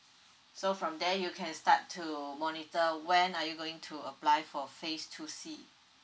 so from there you can start to monitor when are you going to apply for phase two C